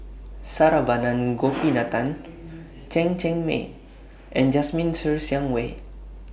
Saravanan Gopinathan Chen Cheng Mei and Jasmine Ser Xiang Wei